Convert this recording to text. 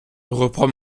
reprends